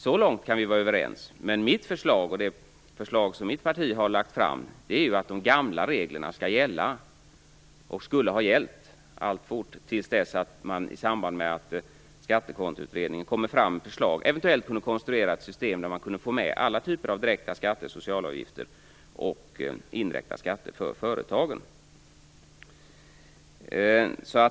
Så långt kan vi vara överens. Men förslaget som jag och mitt parti har lagt fram är att de gamla reglerna skall gälla - och skulle ha gällt - till dess att Skattekontoutredningen kommer med sina förslag. Eventuellt kan de konstruera ett system där man kan få med alla typer av direkta skatter, socialavgifter och indirekta skatter för företagen.